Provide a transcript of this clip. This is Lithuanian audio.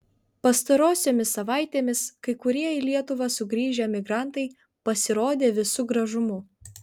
pastarosiomis savaitėmis kai kurie į lietuvą sugrįžę emigrantai pasirodė visu gražumu